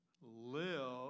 live